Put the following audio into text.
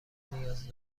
نیاز